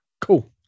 Cool